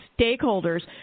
stakeholders